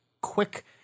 quick